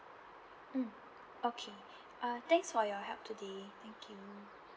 mm okay ah thanks for your help today thank you